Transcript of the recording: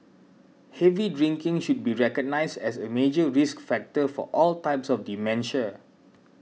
heavy drinking should be recognised as a major risk factor for all types of dementia